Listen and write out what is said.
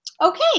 Okay